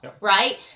right